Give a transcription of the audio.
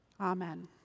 Amen